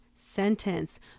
Sentence